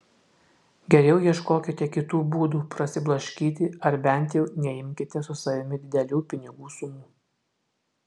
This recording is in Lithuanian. geriau ieškokite kitų būdų prasiblaškyti ar bent jau neimkite su savimi didelių pinigų sumų